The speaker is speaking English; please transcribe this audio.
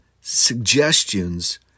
suggestions